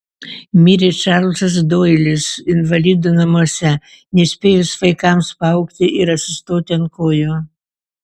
mirė čarlzas doilis invalidų namuose nespėjus vaikams paaugti ir atsistoti ant kojų